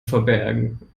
verbergen